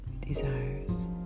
desires